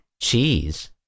Cheese